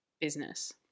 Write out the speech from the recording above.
business